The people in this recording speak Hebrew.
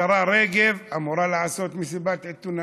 השרה רגב אמורה לעשות מסיבת עיתונאים.